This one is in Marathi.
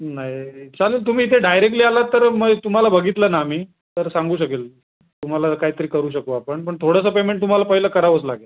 नाही चालेल तुम्ही इथे डायरेक्टली आलात तर मग तुम्हाला बघितलं ना आम्ही तर सांगू शकेन तुम्हाला काही तरी करू शकू आपण पण थोडंसं पेमेंट तुम्हाला पहिलं करावंच लागेल